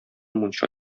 мунча